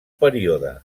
període